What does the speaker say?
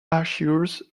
assures